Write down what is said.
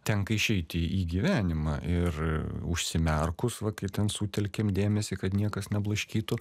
tenka išeiti į gyvenimą ir užsimerkus va kaip ten sutelkėm dėmesį kad niekas neblaškytų